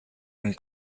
and